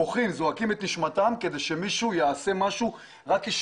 בוכים וזועקים את נשמתם כדי שמישהו ישמע אותם,